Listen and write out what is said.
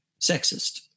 sexist